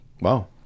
Wow